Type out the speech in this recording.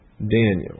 Daniel